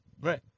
Right